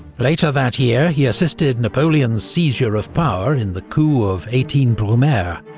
later that year, he assisted napoleon's seizure of power in the coup of eighteen brumaire,